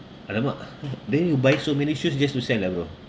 !alamak! then you buy so many shoes just to sell ah bro